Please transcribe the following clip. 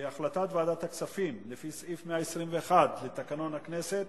החלטת ועדת הכספים לפי סעיף 121 לתקנון הכנסת